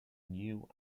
new